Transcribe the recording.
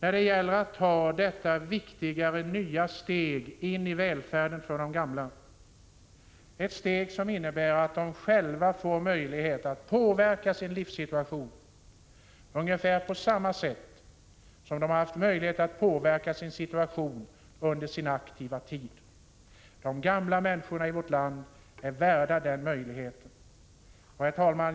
när det gäller att ta detta viktiga nya steg in i välfärden för de gamla, ett steg som innebär att de själva får möjlighet att påverka sin livssituation ungefär på samma sätt som de har haft möjlighet att påverka sin situation under sin aktiva tid. De gamla människorna i vårt land är värda den möjligheten. Herr talman!